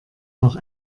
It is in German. noch